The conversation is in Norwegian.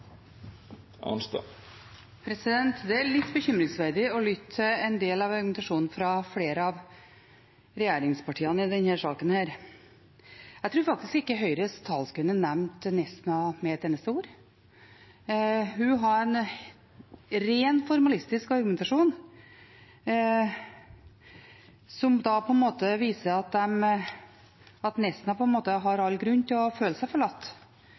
Det er litt bekymringsverdig å lytte til en del av argumentasjonen fra flere av regjeringspartiene i denne saken. Jeg tror faktisk ikke Høyres talskvinne nevnte Nesna med et eneste ord. Hun hadde en ren formalistisk argumentasjon, som på en måte viser at Nesna har all grunn til å føle seg forlatt. Jeg mener at den argumentasjonen ikke holder mål. Jeg skulle ha likt å se om Høyre holdt seg